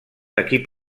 equip